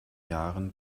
jahren